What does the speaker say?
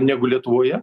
negu lietuvoje